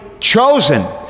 chosen